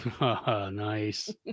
Nice